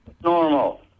normal